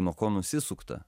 nuo ko nusisukta